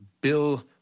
Bill